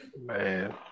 Man